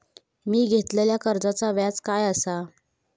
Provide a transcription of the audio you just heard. मी घेतलाल्या कर्जाचा व्याज काय आसा?